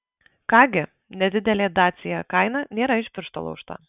ką gi nedidelė dacia kaina nėra iš piršto laužta